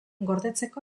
gordetzeko